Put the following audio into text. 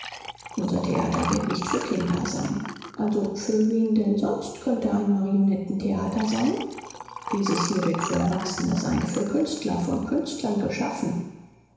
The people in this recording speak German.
unser theater wird nicht für kinder sein also für wen denn sonst könnte ein marionettentheater sein dieses hier wird für erwachsene sein für künstler von künstlern geschaffen